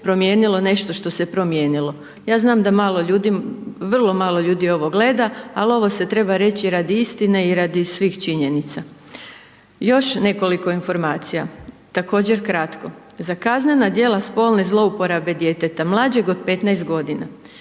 promijenilo nešto što se promijenilo. Ja znam da malo ljudi, vrlo malo ljudi ovo gleda ali ovo se treba reći radi istine i radi svih činjenica. Još nekoliko informacija, također kratko, za kaznena djela spolne zlouporabe djeteta mlađeg od 15 godina